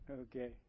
Okay